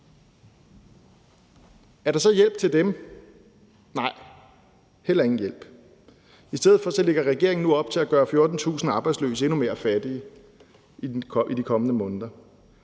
Er der så hjælp til dem? Nej, der er heller ingen hjælp. I stedet for lægger regeringen nu op til at gøre 14.000 arbejdsløse endnu mere fattige i de kommende måneder.